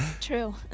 true